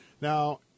Now